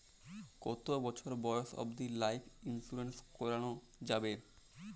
কতো বছর বয়স অব্দি লাইফ ইন্সুরেন্স করানো যাবে?